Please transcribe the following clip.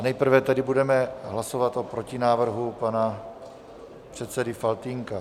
Nejprve budeme hlasovat o protinávrhu pana předsedy Faltýnka.